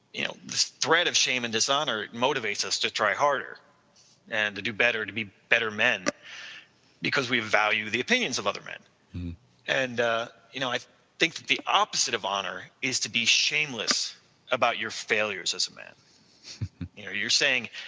you know thread of shame and dishonor motivates us to try harder and to do better to be better men because we value the opinions of other men and you know i think the opposite of honor is to be shameless about your failures as a men you're saying,